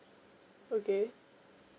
okay